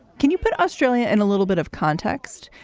can you put australia in a little bit of context?